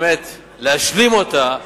באמת כדי להשלים אותה,